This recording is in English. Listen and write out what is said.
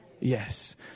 Yes